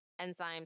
enzymes